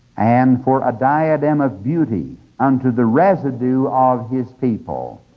and for a diadem of beauty unto the residue of his people.